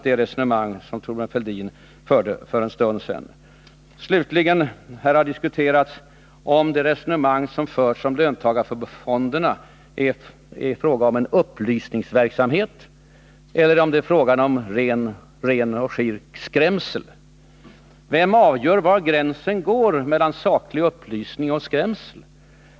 Det har slutligen här diskuterats om huruvida de resonemang som förts om löntagarfonderna är en upplysningsverksamhet eller ren och skär skrämselpropaganda. Vem avgör var gränsen går mellan saklig upplysning och skrämselpropaganda?